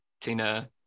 Tina